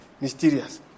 mysterious